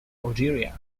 algeria